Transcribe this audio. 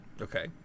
Okay